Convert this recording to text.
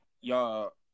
y'all